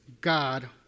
God